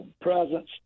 presence